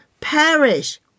perish